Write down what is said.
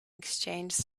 exchanged